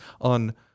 on